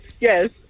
yes